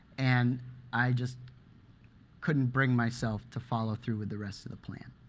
and i just couldn't bring myself to follow through with the rest of the plan.